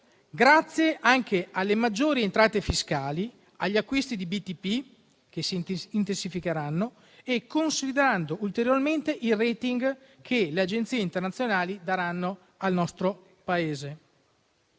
grazie anche alle maggiori entrate fiscali, agli acquisti di BTP che si intensificheranno, consolidando ulteriormente i *rating* che le agenzie internazionali daranno al nostro Paese.